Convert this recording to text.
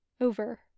over